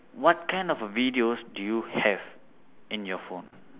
what kind of videos do you have in your phone